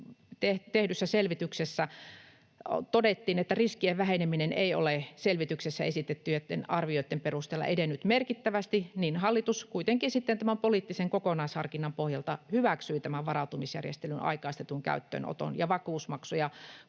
tehdyssä selvityksessä, todettiin, että riskien väheneminen ei ole selvityksessä esitettyjen arvioitten perusteella edennyt merkittävästi, mutta hallitus kuitenkin sitten poliittisen kokonaisharkinnan pohjalta hyväksyi tämän varautumisjärjestelyn aikaistetun käyttöönoton ja vakuusmaksuja koskevan